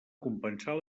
compensar